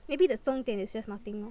maybe the 重点 is just nothing orh